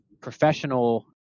professional